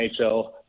NHL